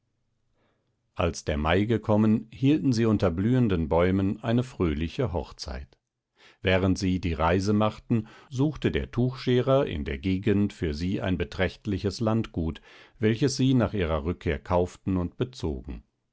als der mai gekommen hielten sie unter blühenden bäumen eine fröhliche hochzeit während sie die reise machten suchte der tuchscherer in der gegend für sie ein beträchtliches landgut welches sie nach ihrer rückkehr kauften und bezogen